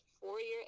four-year